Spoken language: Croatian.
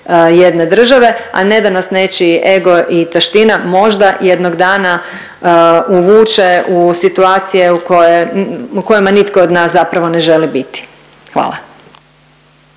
jedne države, a ne da nas nečiji ego i taština možda jednog dana uvuče u situacije u kojima nitko od nas zapravo ne želi biti. Hvala.